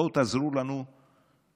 בואו תעזרו לנו בנגישות,